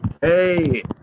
hey